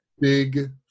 big